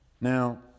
Now